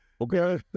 okay